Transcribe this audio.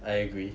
I agree